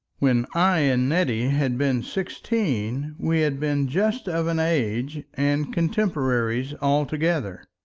when i and nettie had been sixteen we had been just of an age and contemporaries altogether.